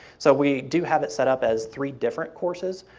so we do have it set up as three different courses,